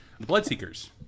Bloodseekers